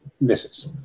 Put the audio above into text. misses